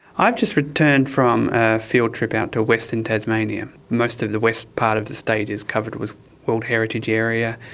i've just returned from a field trip out to western tasmania. most of the west part of the state is covered with world heritage area,